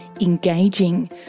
engaging